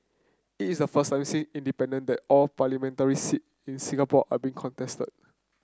it is the first time independent all parliamentary seat in Singapore are being contested